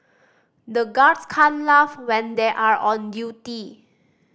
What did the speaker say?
the guards can't laugh when they are on duty